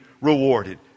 rewarded